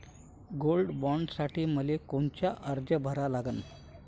Gold बॉण्डसाठी मले कोनचा अर्ज भरा लागन?